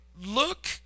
look